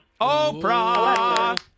Oprah